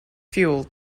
fuel